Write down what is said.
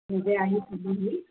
নিজে আহি চাবহি